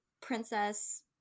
princess